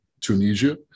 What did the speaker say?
Tunisia